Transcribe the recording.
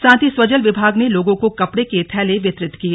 साथ ही स्वजल विभाग ने लोगों को कपडे के थैले वितरित किए